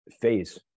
phase